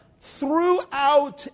throughout